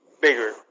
bigger